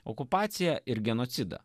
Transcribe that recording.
okupaciją ir genocidą